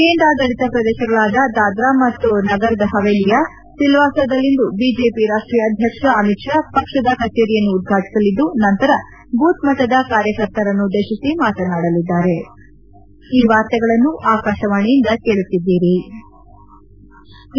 ಕೇಂದ್ರಾಡಳಿತ ಪ್ರದೇಶಗಳಾದ ದಾದ್ರಾ ಮತ್ತು ನಗರ್ ಪವೇಲಿಯ ಸಿಲ್ಡಾಸದಲ್ಲಿಂದು ಬಿಜೆಪಿ ರಾಷ್ಷೀಯ ಅಧ್ಯಕ್ಷ ಅಮಿತ್ ಷಾ ಪಕ್ಷದ ಕಚೇರಿಯನ್ನು ಉದ್ಘಾಟಿಸಲಿದ್ಲು ನಂತರ ಬೂತ್ ಮಟ್ಲದ ಕಾರ್ಯಕರ್ತರನ್ನುದ್ಲೇಶಿಸಿ ಮಾತನಾಡಲಿದ್ಲಾರೆ